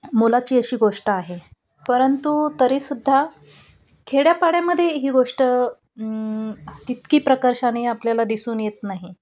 मोलाची अशी गोष्ट आहे परंतु तरीसुद्धा खेड्यापाड्यामध्ये ही गोष्ट तितकी प्रकर्षाने आपल्याला दिसून येत नाही